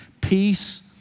peace